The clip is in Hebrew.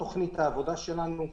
את תכנית העבודה שלנו,